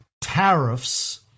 tariffs